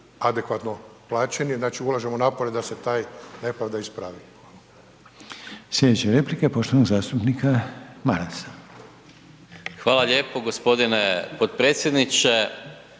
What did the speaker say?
adekvatno plaćeni. Znači ulažemo napore da se ta nepravda ispravi.